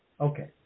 Okay